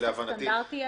נוסח סטנדרטי.